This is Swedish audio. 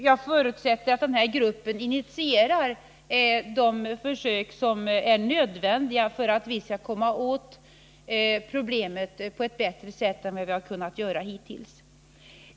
Jag förutsätter att man i den gruppen initierar de försök som är nödvändiga för att vi skall komma åt problemet på ett bättre sätt än vi kunnat göra hittills.